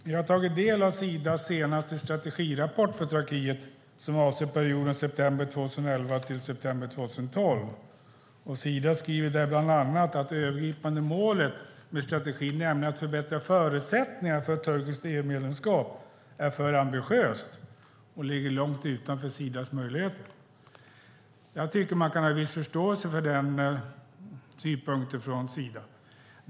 Jag har tagit del av Sidas senaste strategirapport för Turkiet som avser perioden september 2011 till september 2012. Sida skriver där bland annat att det övergripande målet med strategin, nämligen att förbättra förutsättningarna för ett turkiskt EU-medlemskap, är för ambitiöst och ligger långt utanför Sidas möjligheter. Jag tycker att man kan ha viss förståelse för dessa synpunkter från Sida.